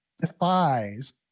defies